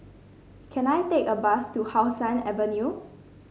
can I take a bus to How Sun Avenue